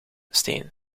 steen